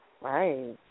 Right